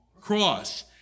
cross